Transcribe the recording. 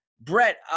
Brett